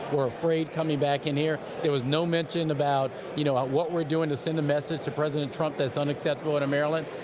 we're afraid coming back in here here. there was no mention about you know ah what we're doing to send a message to president trump that's unacceptable in maryland.